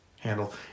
handle